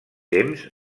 temps